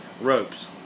ropes